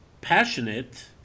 Passionate